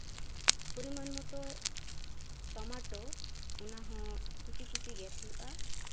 ᱯᱚᱨᱤᱢᱟᱱ ᱢᱟᱛᱳ ᱴᱚᱢᱟᱴᱳ ᱚᱱᱟᱦᱚᱸ ᱠᱩᱪᱤ ᱠᱩᱪᱤ ᱜᱮᱫ ᱦᱩᱭᱩᱜᱼᱟ